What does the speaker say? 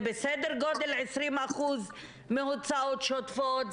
זה בסדר גודל 20% מהוצאות שוטפות,